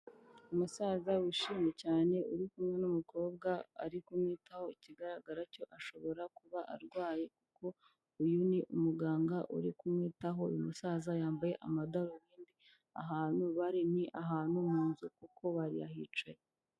Umusaza wishimye cyane uri kumwe n'umukobwa ari kumwitaho, ikigaragara cyo ashobora kuba arwaye kuko uyu ni umuganga uri kumwitaho. Uyu musaza yambaye amadarubindi, ahantu bari ni ahantu mu nzu kuko barihicaye.